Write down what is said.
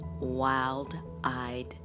Wild-Eyed